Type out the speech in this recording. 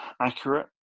accurate